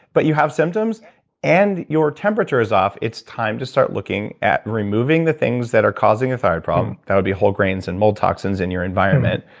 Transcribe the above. but you have symptoms and your temperature is off, it's time to start looking at removing the things that are causing a thyroid problem, that would be whole grains and mold toxins in your environment,